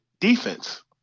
defense